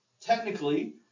technically